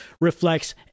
reflects